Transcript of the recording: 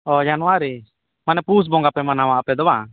ᱦᱚᱭ ᱡᱟᱱᱩᱣᱟᱨᱤ ᱦᱟᱱᱮ ᱯᱩᱥ ᱵᱯᱚᱸᱜᱟᱯᱮ ᱢᱟᱱᱟᱣᱟ ᱟᱯᱮᱫᱚ ᱵᱟᱝ